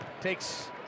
takes